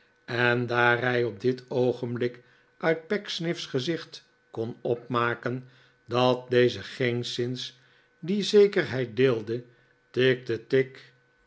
en daar hij op dit oogenblik uit pecksniff's gezicht kon opmaken dat deze geenszins die zekerheid deelde tikte tigg